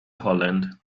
holland